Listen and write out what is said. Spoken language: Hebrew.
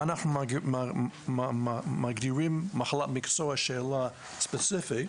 מה אנחנו מגדירים מחלת מקצוע, שאלה ספציפית,